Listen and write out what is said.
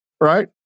Right